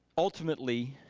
ultimately,